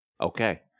Okay